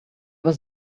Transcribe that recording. was